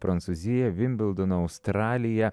prancūzija vimbildonu australija